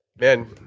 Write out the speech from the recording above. Man